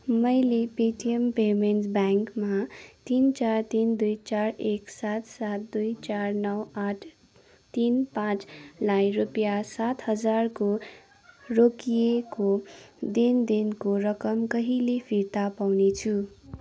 मैले Paytm payments ब्याङ्कमा तिन चार तिन दुई चार एक सात सात दुई चार नौ आठ तिन पाचँलाई रुपियाँ सात हजारको रोकिएको लेनदेनको रकम कहिले फिर्ता पाउनेछु